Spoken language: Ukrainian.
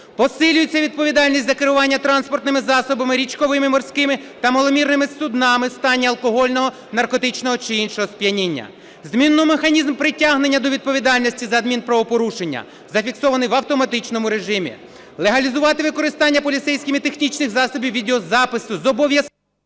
посилюється відповідальність за керування транспортними засобами, річковими, морськими та маломірними суднами в стані алкогольного, наркотичного чи іншого сп'яніння. Змінено механізм притягнення до відповідальності за адмінправопорушення, зафіксовані в автоматичному режимі. Легалізувати використання поліцейськими технічних засобів відеозапису, зобов'язати...